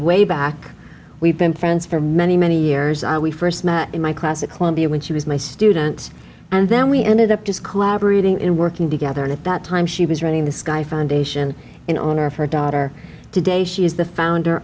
way back we've been friends for many many years we st met in my class a clumpy when she was my student and then we ended up just collaborating in working together and at that time she was running the sky foundation in honor of her daughter today she is the founder